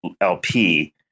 LP